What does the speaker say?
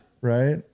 Right